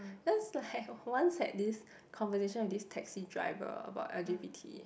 there was like once had this conversation with this taxi driver about L_G_B_T